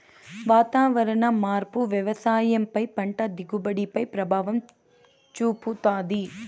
వాతావరణ మార్పు వ్యవసాయం పై పంట దిగుబడి పై ప్రభావం చూపుతాది